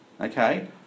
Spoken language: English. Okay